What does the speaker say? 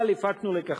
אבל הפקנו לקחים,